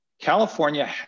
California